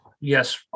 yes